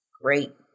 Great